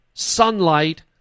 Sunlight